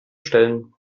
stellen